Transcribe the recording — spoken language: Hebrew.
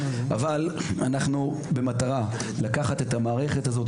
אבל אנחנו במטרה לקחת את המערכת הזאת,